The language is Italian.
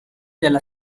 della